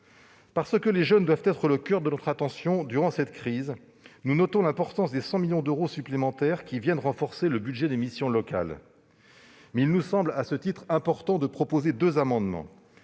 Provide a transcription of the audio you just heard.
Parce que les jeunes doivent être le coeur de notre attention durant cette crise, nous saluons l'importance des 100 millions d'euros supplémentaires qui renforceront le budget des missions locales. Mais il nous a paru important de déposer à cet égard deux amendements.